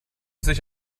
sich